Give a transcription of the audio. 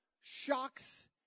shocks